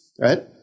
right